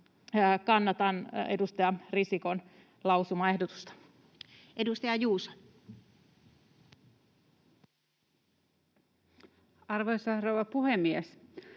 Kannatan edustaja Risikon lausumaehdotusta. Edustaja Juuso. Arvoisa rouva puhemies!